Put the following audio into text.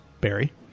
Barry